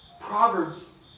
Proverbs